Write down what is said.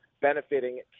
benefiting